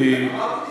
אמרתי דברי תורה.